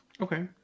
Okay